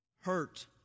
Hurt